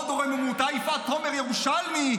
הוד רוממותה יפעת תומר-ירושלמי,